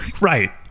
Right